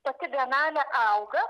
pati bienalė auga